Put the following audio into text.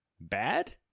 bad